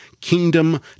Kingdom